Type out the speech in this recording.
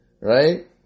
Right